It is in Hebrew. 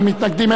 אין מתנגדים.